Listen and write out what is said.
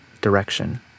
direction